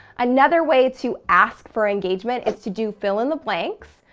another way to ask for engagement is to do fill in the blanks.